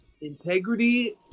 integrity